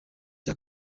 cya